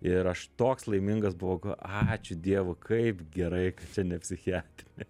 ir aš toks laimingas buvau ačiū dievui kaip gerai čia ne psichiatrinė